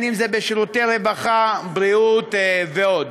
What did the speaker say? אם בשירותי רווחה, בריאות ועוד.